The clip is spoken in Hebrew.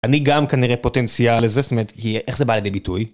אני גם כנראה פוטנציאל לזה, זאת אומרת, איך זה בא לידי ביטוי.